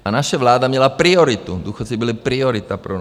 A naše vláda měla prioritu, důchodci byli priorita pro nás.